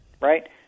Right